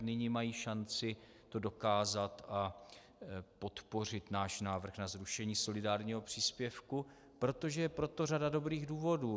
Nyní mají šanci to dokázat a podpořit náš návrh na zrušení solidárního příspěvku, protože je pro to řada dobrých důvodů.